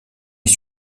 est